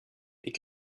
est